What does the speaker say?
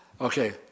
Okay